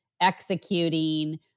executing